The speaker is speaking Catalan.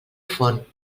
font